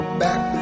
back